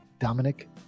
dominic